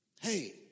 hey